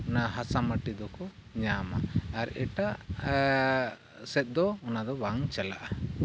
ᱚᱱᱟ ᱦᱟᱥᱟ ᱢᱟᱹᱴᱤ ᱫᱚᱠᱚ ᱧᱟᱢᱟ ᱟᱨ ᱮᱴᱟᱜ ᱥᱮᱫ ᱫᱚ ᱚᱱᱟᱫᱚ ᱵᱟᱝ ᱪᱟᱞᱟᱜᱼᱟ